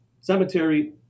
Cemetery